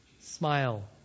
Smile